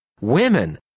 women